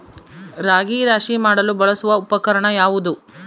ರಾಗಿ ರಾಶಿ ಮಾಡಲು ಬಳಸುವ ಉಪಕರಣ ಯಾವುದು?